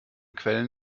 quellen